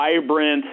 vibrant